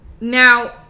Now